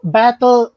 battle